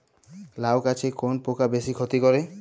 লাউ গাছে কোন পোকা বেশি ক্ষতি করে?